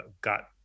got